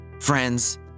Friends